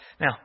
Now